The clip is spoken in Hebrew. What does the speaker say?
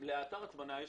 באתר הטמנה יש